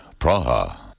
Praha